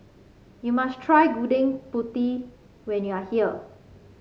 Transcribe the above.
you must try Gudeg Putih when you are here